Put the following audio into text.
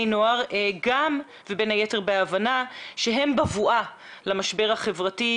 נוער ובין היתר בהבנה שהם בבואה למשבר החברתי,